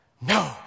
No